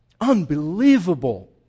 Unbelievable